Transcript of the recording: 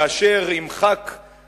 מאשר אם חבר כנסת,